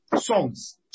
songs